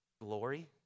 glory